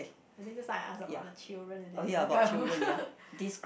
I think just now I ask about the children is it